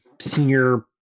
senior